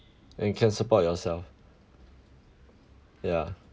and can support yourself yeah